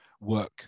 work